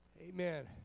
Amen